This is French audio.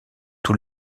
tout